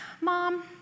Mom